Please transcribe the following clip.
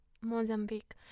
Mozambique